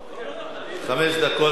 חמש דקות לרשותך.